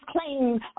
claims